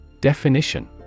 Definition